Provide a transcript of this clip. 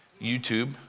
YouTube